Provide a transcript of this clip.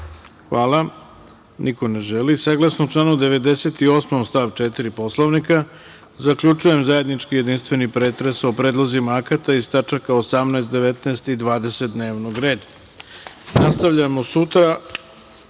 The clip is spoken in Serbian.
niko ne želi. Saglasno članu 98. stav 4. Poslovnika, zaključujem zajednički jedinstveni pretres o predlozima akata iz tačaka 18, 19. i 20. dnevnog reda. Nastavljamo sutra